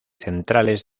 centrales